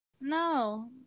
no